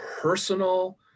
personal